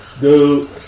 Dude